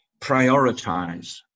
prioritize